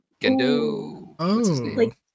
Gendo